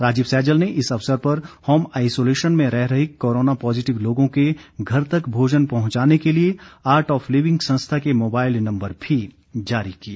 राजीव सैजल ने इस अवसर पर होम आइसोलेशन में रह रहे कोरोना पॉज़िटिव लोगों के घर तक भोजन पहुंचाने के लिए आर्ट ऑफ लिविंग संस्था के मोबाईल नंबर भी जारी किए